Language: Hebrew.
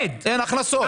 אין הכנסות.